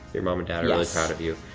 your mom and dad are really proud of you.